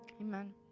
amen